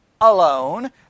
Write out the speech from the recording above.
alone